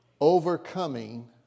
Overcoming